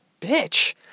bitch